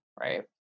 Right